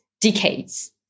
decades